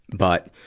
but,